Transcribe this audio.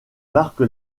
marque